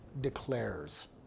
declares